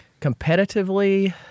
Competitively